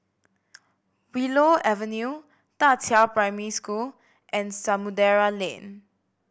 Willow Avenue Da Qiao Primary School and Samudera Lane